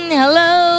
hello